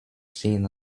seen